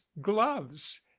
gloves